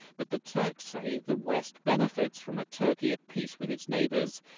but the turks say the west benefits from a turkey at peace with its neighbors.